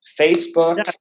Facebook